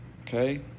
okay